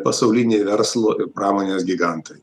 pasauliniai verslo ir pramonės gigantai